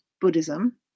Buddhism